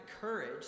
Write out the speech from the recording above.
courage